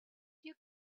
you